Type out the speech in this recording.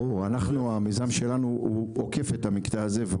ברור, המיזם שלנו עוקף את המקטע הזה.